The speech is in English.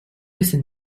listen